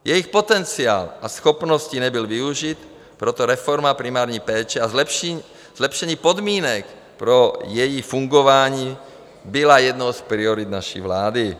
Jejich potenciál a schopnosti nebyly využity, proto reforma primární péče a zlepšení podmínek pro její fungování byly jednou z priorit naší vlády.